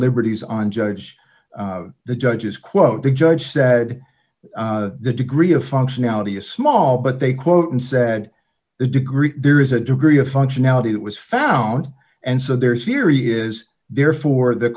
liberties on judge the judge's quote the judge said the degree of functionality is small but they quote and said a degree there is a degree of functionality that was found and so there is here he is there for the